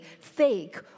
fake